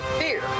fear